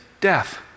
death